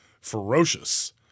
ferocious